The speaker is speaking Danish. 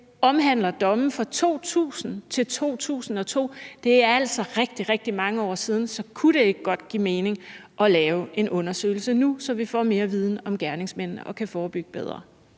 omhandler domme fra 2000-2002. Det er altså rigtig, rigtig mange år siden. Så kunne det ikke godt give mening at lave en undersøgelse nu, så vi får mere viden om gerningsmændene og vi kan forebygge bedre?